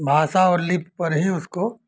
भासा और लिपि पर ही उसको